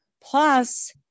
Plus